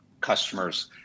customers